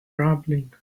rumbling